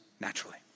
naturally